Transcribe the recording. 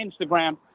Instagram